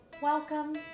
Welcome